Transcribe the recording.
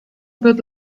good